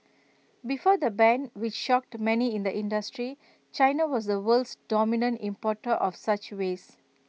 before the ban which shocked many in the industry China was the world's dominant importer of such waste